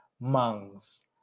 monks